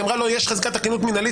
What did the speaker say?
היא אמרה לו: יש חזקת תקינות מינהלית,